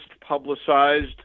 publicized